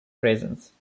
presence